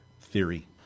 theory